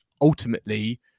ultimately